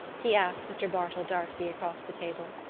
he asked mr. bartell d'arcy across the table.